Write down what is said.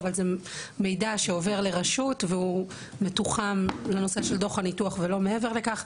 אבל זה מידע שעובר לרשות והוא מתוחם לנושא של דוח הניתוח ולא מעבר לכך,